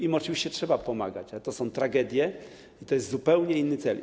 Im oczywiście trzeba pomagać, ale to są tragedie i to jest zupełnie inny cel.